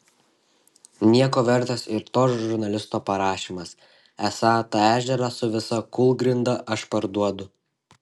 nieko vertas ir to žurnalisto parašymas esą tą ežerą su visa kūlgrinda aš parduodu